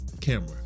camera